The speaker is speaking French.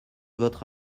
votre